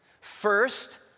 First